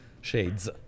shades